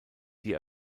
die